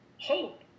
hope